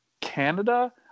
Canada